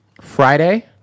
Friday